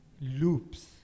loops